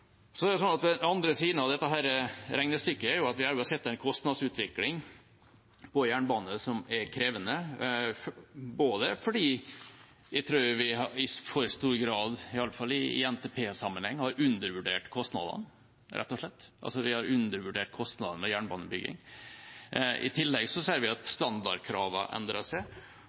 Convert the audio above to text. andre siden av dette regnestykket er at vi også har sett en kostnadsutvikling på jernbane som er krevende, både fordi vi, tror jeg, i for stor grad, iallfall i NTP-sammenheng, rett og slett har undervurdert kostnadene ved jernbaneutbygging. I tillegg ser vi at standardkravene har endret seg.